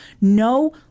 No